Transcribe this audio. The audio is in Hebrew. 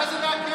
מה זה להקל?